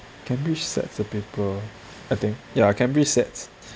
cambridge sets the paper I think ya cambridge sets